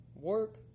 work